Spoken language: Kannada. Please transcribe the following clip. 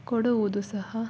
ಕೊಡುವುದು ಸಹ